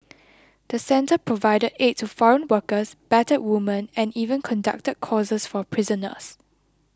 the centre provided aid to foreign workers battered women and even conducted courses for prisoners